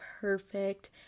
perfect